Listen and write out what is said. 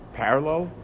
parallel